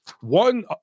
One